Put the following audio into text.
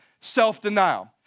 self-denial